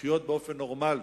לחיות באופן נורמלי,